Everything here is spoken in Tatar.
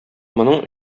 моның